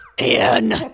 Ian